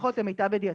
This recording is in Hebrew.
לפחות למיטב ידיעתנו.